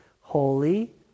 Holy